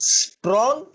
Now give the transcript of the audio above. strong